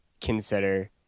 consider